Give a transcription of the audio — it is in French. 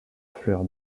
fleur